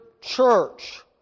church